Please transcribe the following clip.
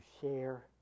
share